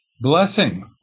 blessing